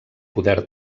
poder